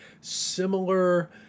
similar